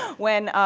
when,